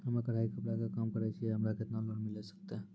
हम्मे कढ़ाई कपड़ा के काम करे छियै, हमरा केतना लोन मिले सकते?